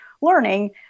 learning